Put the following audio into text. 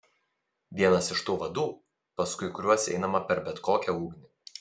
vienas iš tų vadų paskui kuriuos einama per bet kokią ugnį